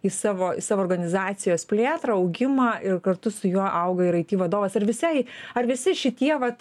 į savo savo saviorganizacijos plėtrą augimą ir kartu su juo auga ir aiti vadovas ir visai ar visi šitie vat